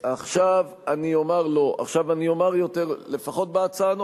עכשיו אני אומר יותר, לפחות בהצעה הנוכחית.